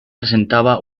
presentaba